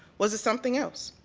was it something else?